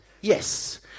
Yes